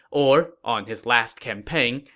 or, on his last campaign,